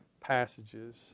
passages